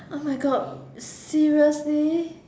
oh my god seriously